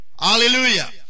Hallelujah